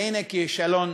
והנה כישלון